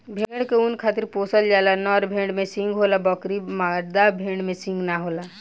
भेड़ के ऊँन खातिर पोसल जाला, नर भेड़ में सींग होला बकीर मादा भेड़ में सींग ना होला